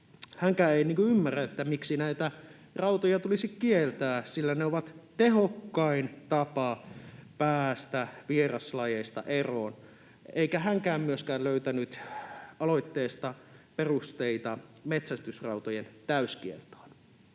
hänkään ei ymmärrä, miksi nämä raudat tulisi kieltää, sillä ne ovat tehokkain tapa päästä vieraslajeista eroon, eikä hänkään myöskään löytänyt aloitteesta perusteita metsästysrautojen täyskieltoon.